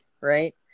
right